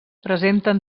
presenten